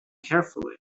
carefully